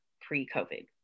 pre-COVID